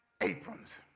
aprons